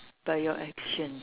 by your actions